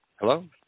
Hello